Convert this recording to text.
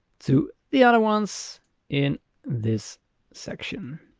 to the other ones in this section.